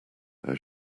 how